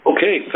Okay